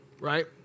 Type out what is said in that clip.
right